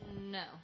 No